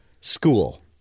school